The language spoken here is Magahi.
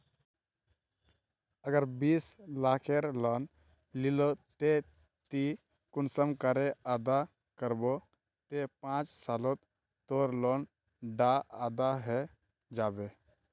अगर बीस लाखेर लोन लिलो ते ती कुंसम करे अदा करबो ते पाँच सालोत तोर लोन डा अदा है जाबे?